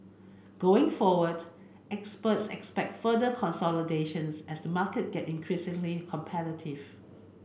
going forward experts expect further consolidations as the market get increasingly competitive